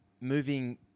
moving